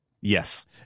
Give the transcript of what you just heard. Yes